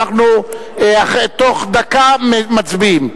אנחנו בתוך דקה מצביעים.